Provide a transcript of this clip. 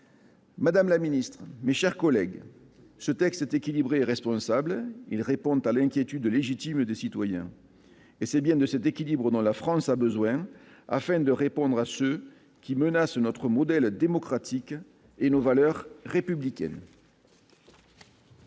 Madame la ministre, mes chers collègues, ce texte est équilibré et responsable. Il répond à l'inquiétude légitime de nos concitoyens, et c'est bien de cet équilibre que la France a besoin pour répondre à ceux qui menacent notre modèle démocratique et nos valeurs républicaines